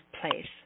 place